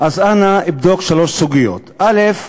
אז אנא, בדוק שלוש סוגיות: א.